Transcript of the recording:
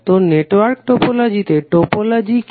তো নেটওয়ার্ক টোপোলজিতে টোপোলজি কি